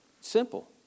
Simple